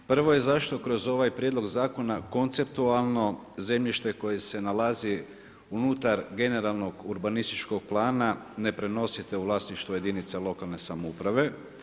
Prvo je zašto kroz ovaj prijedlog zakona konceptualno zemljište koje se nalazi unutar generalnog urbanističkog plana ne prenosite u vlasništvo jedinica lokalne samouprave.